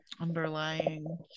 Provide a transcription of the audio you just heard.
underlying